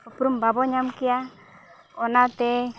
ᱩᱯᱨᱩᱢ ᱵᱟᱵᱚᱱ ᱧᱟᱢ ᱠᱮᱭᱟ ᱚᱱᱟᱛᱮ